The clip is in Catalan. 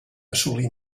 assolir